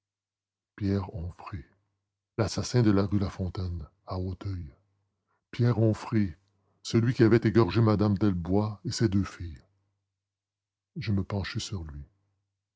pierre onfrey l'assassin de la rue lafontaine à auteuil pierre onfrey celui qui avait égorgé mme delbois et ses deux filles je me penchai sur lui